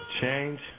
change